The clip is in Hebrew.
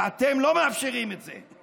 ואתם לא מאפשרים את זה.